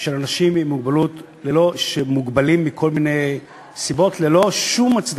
של אנשים עם מוגבלות שמוגבלים מכל מיני סיבות ללא שום הצדקה.